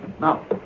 Now